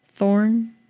Thorn